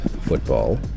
football